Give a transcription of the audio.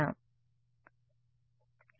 విద్యార్థి నేను అలా అనుకోను